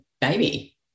baby